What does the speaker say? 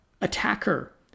attacker